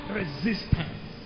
resistance